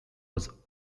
was